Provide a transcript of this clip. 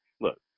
look